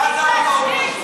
על מי את צוחקת בעיניים?